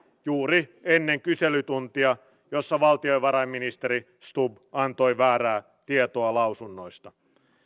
juuri ennen kyselytuntia jossa valtiovarainministeri stubb antoi väärää tietoa lausunnoista